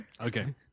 Okay